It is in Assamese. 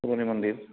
মন্দিৰ